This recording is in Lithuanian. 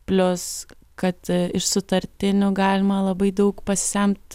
plius kad iš sutartinių galima labai daug pasemt